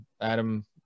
Adam